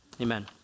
amen